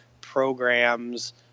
programs